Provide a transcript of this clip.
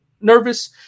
nervous